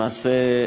למעשה,